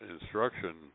instruction